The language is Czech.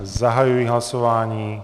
Zahajuji hlasování.